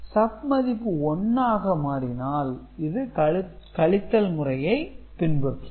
SUB மதிப்பு 1 ஆக மாறினால் இது கழித்தல் முறையை பின்பற்றும்